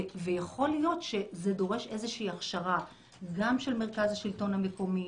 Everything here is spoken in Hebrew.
יכול להיות שזה דורש איזושהי הכשרה גם של מרכז השלטון המקומי,